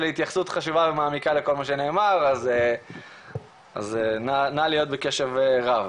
זה להתייחסות חשובה ומעמיקה לכל מה שנאמר אז נא להיות בקשב רב,